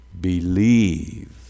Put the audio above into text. Believe